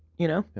you know?